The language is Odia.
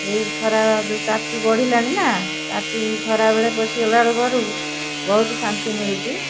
ଏଇ ଖରା ଯେଉଁ ତାତି ବଢ଼ିଲାଣିନା ତାତି ଖରାବେଳେ ପସିଗଲା ବେଳେ ଘରକୁ ବହୁତ ଶାନ୍ତି ମିଳୁଛି